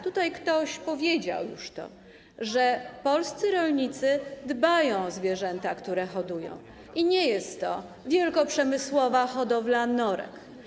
Tutaj ktoś powiedział już to, że polscy rolnicy dbają o zwierzęta, które hodują, i nie jest to wielkoprzemysłowa hodowla norek.